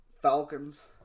Falcons